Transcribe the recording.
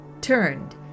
turned